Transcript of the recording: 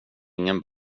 ingen